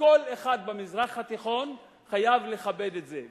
וכל אחד במזרח התיכון חייב לכבד את זה.